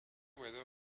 weather